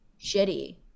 shitty